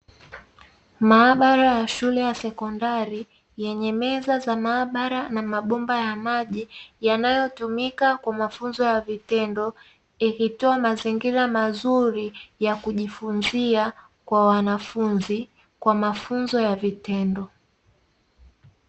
Maabara ya shule ya sekondari yenye meza za maabara na mabomba ya maji, yanayotumika kwa mafunzo ya vitendo ikitoa mazingira mazuri ya kujifunzia kwa wanafunzi kwa mafunzo ya vitendo.